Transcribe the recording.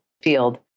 field